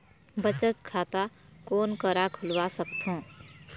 बचत खाता कोन करा खुलवा सकथौं?